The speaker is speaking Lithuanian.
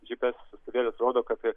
gps siųstuvėlis rodo kad